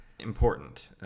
important